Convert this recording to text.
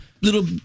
little